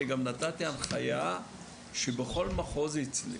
גם נתתי הנחיה שבכל מחוז אצלי,